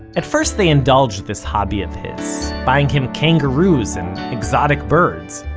at first they indulged this hobby of his, buying him kangaroos and exotic birds.